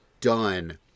done